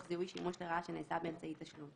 זיהוי שימוש לרעה שנעשה באמצעי תשלום,